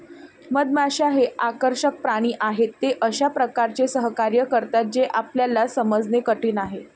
मधमाश्या हे आकर्षक प्राणी आहेत, ते अशा प्रकारे सहकार्य करतात जे आपल्याला समजणे कठीण आहे